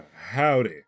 howdy